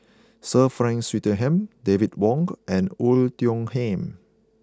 Sir Frank Swettenham David Wong and Oei Tiong Ham